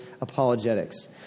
apologetics